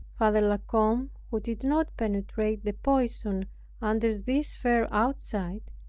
father la combe, who did not penetrate the poison under this fair outside,